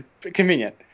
convenient